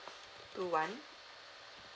two one